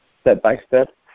step-by-step